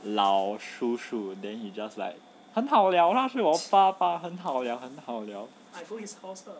老叔叔 then he just like 很好了那是我爸爸很好了很好了